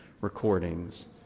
Recordings